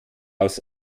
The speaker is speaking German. aus